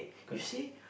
correct